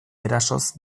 erasoz